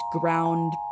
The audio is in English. ground